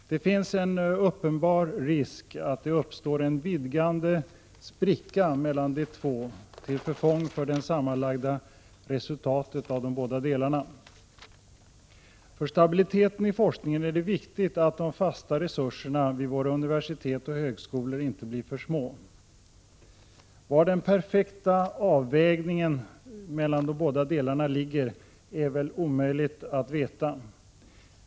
Det finns en uppenbar risk att det uppstår en vidgande spricka mellan de två till förfång för det sammanlagda resultatet av de båda delarna. För stabiliteten i forskningen är det viktigt att de fasta resurserna vid våra universitet och högskolor inte blir för små. Var den perfekta avvägningen mellan de båda delarna ligger är väl omöjligt att veta.